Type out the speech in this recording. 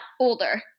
older